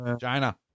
China